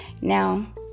Now